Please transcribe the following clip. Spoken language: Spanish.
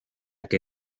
que